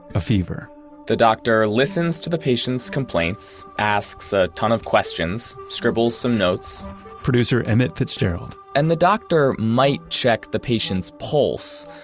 a fever the doctor listens to the patient's complaints, asks a ton of questions, scribbles some notes producer emmett fitzgerald and the doctor might check the patient's pulse,